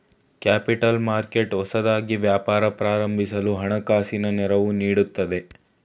capital market ಹೊಸದಾಗಿ ವ್ಯಾಪಾರ ಪ್ರಾರಂಭಿಸಲು ಹಣಕಾಸಿನ ನೆರವು ನೀಡುತ್ತದೆ